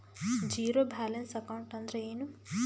Zero balance account ಅಂದ್ರ ಏನು?